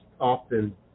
often